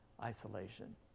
isolation